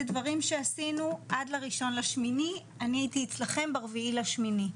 דברים שעשינו עד ל-1.8 אני הייתי אצלכם ב-4.8,